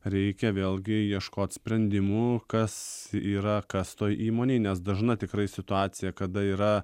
reikia vėlgi ieškot sprendimų kas yra kas toj įmonėj nes dažna tikrai situacija kada yra